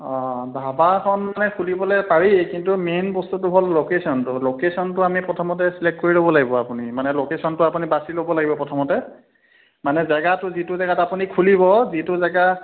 অঁ ধাবাখন এতিয়া খুলিবলৈ পাৰি কিন্তু মেইন বস্তুটো হ'ল ল'কেশ্যন ল'কেশ্যনটো আমি প্ৰথমতে ছিলেক্ট কৰি ল'ব লাগিব আপুনি মানে ল'কেশ্যনটো আপুনি বাচি ল'ব লাগিব প্ৰথমতে মানে জেগাটো যিটো জেগাত আপুনি খুলিব যিটো জেগা